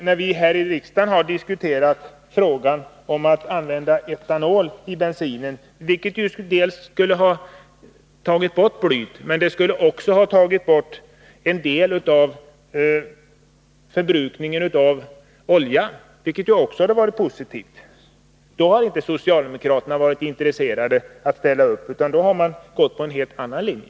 När vi i riksdagen diskuterar frågan om användning av etanol i bensinen, har socialdemokraterna inte varit intresserade av att ställa upp, utan valt en helt annan linje. Denna användning skulle ju dels ha tagit bort bly, dels ha minskat förbrukningen av olja, vilket också skulle ha varit positivt.